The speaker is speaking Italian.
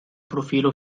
profilo